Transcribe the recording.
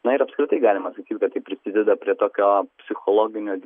na ir apskritai galima sakyt kad tai prisideda prie tokio psichologinio